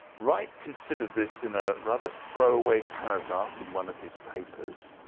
wright considered this in a rather throw away paragraph in one of his papers